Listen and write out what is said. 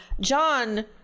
John